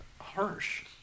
harsh